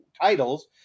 titles